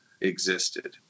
existed